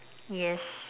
yes